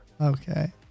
Okay